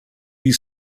you